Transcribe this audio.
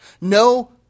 No